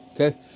okay